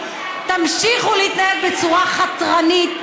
תמשיכו להתנהג בצורה חתרנית,